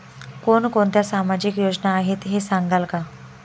कोणकोणत्या सामाजिक योजना आहेत हे सांगाल का?